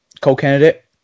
co-candidate